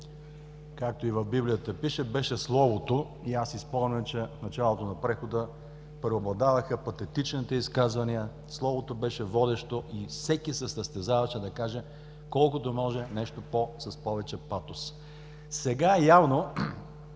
както и в Библията пише, беше словото, и аз си спомням, че в началото на прехода преобладаваха патетичните изказвания, словото беше водещо и всеки се състезаваше да каже колкото може нещо по, с повече патос. Сега явно,